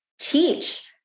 teach